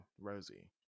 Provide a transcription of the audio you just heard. Rosie